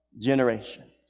generations